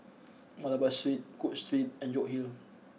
Malabar Street Cook Street and York Hill